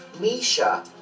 Misha